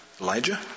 Elijah